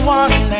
one